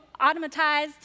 automatized